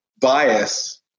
bias